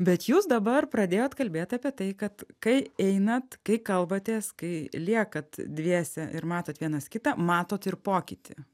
bet jūs dabar pradėjot kalbėt apie tai kad kai einat kai kalbatės kai liekat dviese ir matot vienas kitą matot ir pokytį